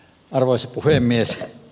arvoisa puhemies